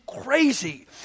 crazy